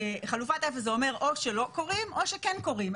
חלופת אפס זה אומר או שלא כורים או שכן כורים,